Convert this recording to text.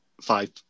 five